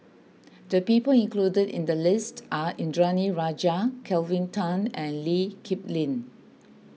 the people included in the list are Indranee Rajah Kelvin Tan and Lee Kip Lin